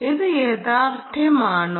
ഇത് യാഥാർത്ഥ്യമാണോ